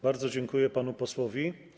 Bardzo dziękuję panu posłowi.